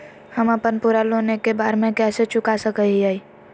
हम अपन पूरा लोन एके बार में कैसे चुका सकई हियई?